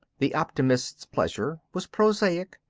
the optimist's pleasure was prosaic,